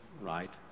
right